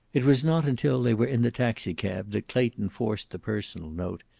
it was not until they were in the taxicab that clayton forced the personal note,